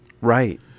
Right